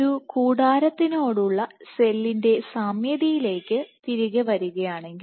ഒരു കൂടാരത്തിനോടുള്ള സെല്ലിന്റെ സാമ്യതയിലേക്ക് തിരികെ വരികയാണെങ്കിൽ